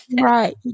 Right